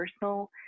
personal